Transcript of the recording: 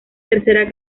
tercera